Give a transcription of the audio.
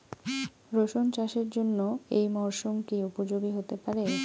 রসুন চাষের জন্য এই মরসুম কি উপযোগী হতে পারে?